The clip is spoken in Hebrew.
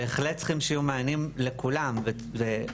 בהחלט צריך שיהיו מענים לכולם ואמא